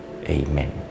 Amen